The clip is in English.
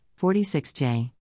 46J